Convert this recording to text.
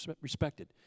respected